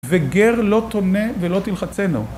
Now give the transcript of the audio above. וגר לא תונה ולא תלחצנו.